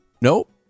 Nope